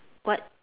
what